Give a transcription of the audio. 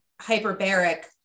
hyperbaric